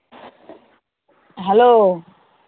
hello